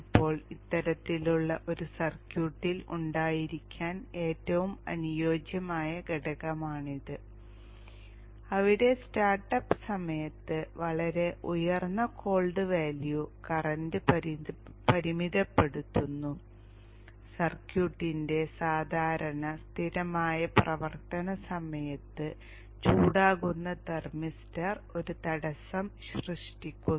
ഇപ്പോൾ ഇത്തരത്തിലുള്ള ഒരു സർക്യൂട്ടിൽ ഉണ്ടായിരിക്കാൻ ഏറ്റവും അനുയോജ്യമായ ഘടകമാണിത് അവിടെ സ്റ്റാർട്ടപ്പ് സമയത്ത് വളരെ ഉയർന്ന കോൾഡ് വാല്യൂ കറന്റ് പരിമിതപ്പെടുത്തുന്നു സർക്യൂട്ടിന്റെ സാധാരണ സ്ഥിരമായ പ്രവർത്തന സമയത്ത് ചൂടാകുന്ന തെർമിസ്റ്റർ ഒരു തടസ്സം സൃഷ്ടിക്കുന്നു